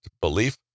belief